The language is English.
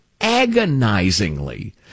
agonizingly